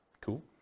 Cool